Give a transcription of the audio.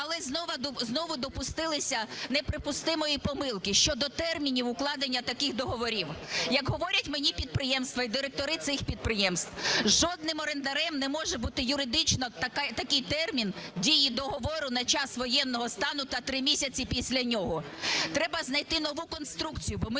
Але знову допустилися неприпустимої помилки щодо термінів укладення таких договорів. Як говорять мені підприємства і директори цих підприємств, жодним орендарем не може бути юридично в такий термін дії договору – на час воєнного стану та три місяці після нього. Треба знайти нову конструкцію,